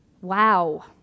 Wow